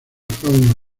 fauna